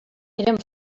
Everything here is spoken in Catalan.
eren